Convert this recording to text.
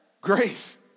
grace